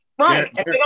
right